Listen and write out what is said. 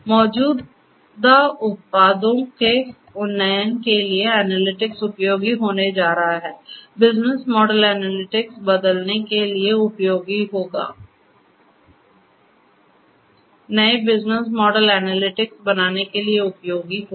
मौजूदा उत्पादों के उन्नयन के लिए एनालिटिक्स उपयोगी होने जा रहा है बिजनेस मॉडल एनालिटिक्स बदलने के लिए उपयोगी होगा नए बिजनेस मॉडल एनालिटिक्स बनाने के लिए उपयोगी होगा